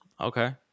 Okay